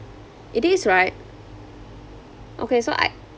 it is right okay so I